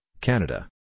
Canada